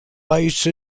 ice